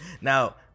Now